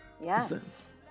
yes